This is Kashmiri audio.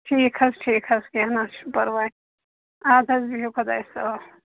ٹھیٖک حظ ٹھیٖک حظ کیٚنہہ نہٕ حظ چھِ پرواے اَدٕ حظ بِہِو خۄدایَس حوال